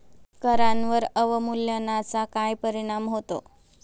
करांवर अवमूल्यनाचा काय परिणाम होतो?